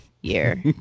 year